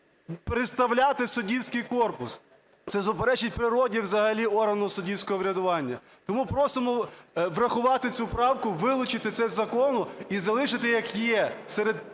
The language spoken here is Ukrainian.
представляти суддівський корпус, це суперечить природі взагалі органу суддівського врядування. Тому просимо врахувати цю правку, вилучити це із закону і залишити як є, серед тих